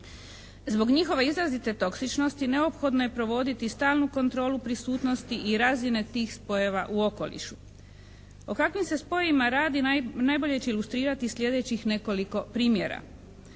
Zbog njihove izrazite toksičnosti neophodno je provoditi stalnu kontrolu prisutnosti i razine tih spojeva u okolišu. O kakvim se spojevima radi najbolje će ilustrirati sljedećih nekoliko primjera.